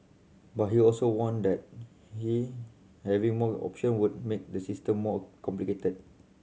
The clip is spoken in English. but he also warned that he having more option would make the system more complicated